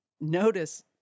notice